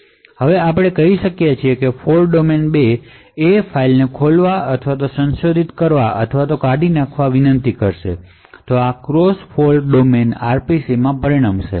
હવે જો આપણે કહી શકીએ કે ફોલ્ટ ડોમેન 2 એ જ ફાઇલને ખોલવા અથવા સંશોધિત કરવા અથવા કાઢી નાખવાની વિનંતી કરે છે તો આ ક્રોસ ફોલ્ટ ડોમેન આરપીસીમાં પરિણમશે